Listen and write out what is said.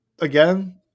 Again